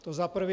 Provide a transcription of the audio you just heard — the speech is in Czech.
To za prvé.